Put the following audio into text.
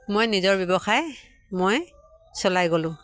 মই নিজৰ ব্যৱসায় মই চলাই গ'লোঁ